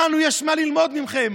לנו יש מה ללמוד מכם: